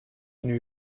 new